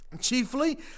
chiefly